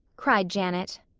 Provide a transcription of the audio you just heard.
cried janet.